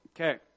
Okay